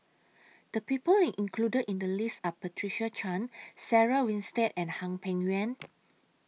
The People included in The list Are Patricia Chan Sarah Winstedt and Hwang Peng Yuan